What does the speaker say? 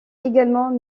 également